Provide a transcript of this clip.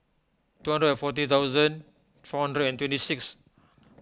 two hundred and forty thousand four hundred and twenty six